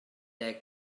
deg